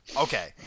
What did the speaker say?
Okay